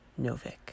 Novik